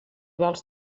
vols